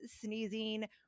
sneezing